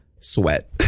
sweat